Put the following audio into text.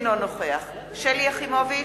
אינו נוכח שלי יחימוביץ,